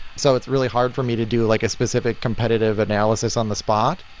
so it's really hard for me to do like a specific competitive analysis on the spot.